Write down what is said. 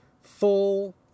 full